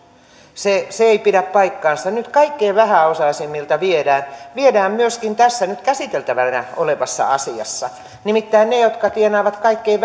se se ei pidä paikkaansa nyt kaikkein vähäosaisimmilta viedään viedään myöskin tässä nyt käsiteltävänä olevassa asiassa nimittäin ne jotka tienaavat kaikkein